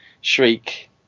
Shriek